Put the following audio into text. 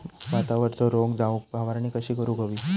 भातावरचो रोग जाऊक फवारणी कशी करूक हवी?